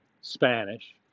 Spanish